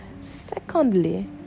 Secondly